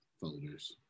folders